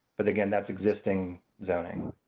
but again that's existing zoning.